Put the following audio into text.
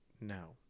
no